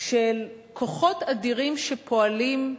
של כוחות אדירים שפועלים,